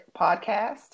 podcast